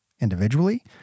individually